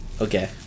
Okay